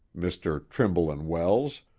mr. trimble-and-wells,